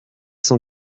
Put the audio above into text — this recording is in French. cent